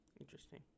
Interesting